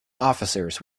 officers